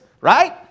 right